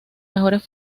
mejores